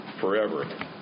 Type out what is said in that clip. forever